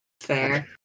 Fair